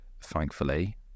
thankfully